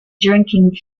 drinking